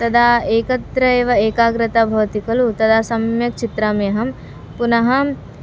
तदा एकत्र एव एकाग्रता भवति खलु तदा सम्यक् चित्रामि अहं पुनः